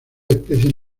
especies